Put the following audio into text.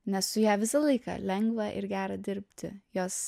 nes su ja visą laiką lengva ir gera dirbti jos